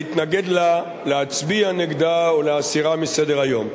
להתנגד לה, להצביע נגדה ולהסירה מסדר-היום.